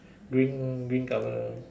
green green colour